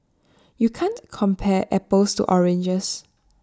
you can't compare apples to oranges